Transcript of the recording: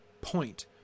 point